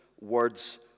words